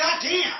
Goddamn